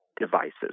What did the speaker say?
devices